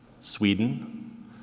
Sweden